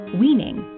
weaning